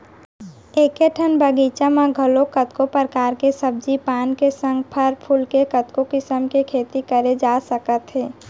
एके ठन बगीचा म घलौ कतको परकार के सब्जी पान के संग फर फूल के कतको किसम के खेती करे जा सकत हे